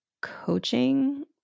coaching